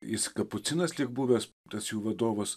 jis kapucinas lyg buvęs tas jų vadovus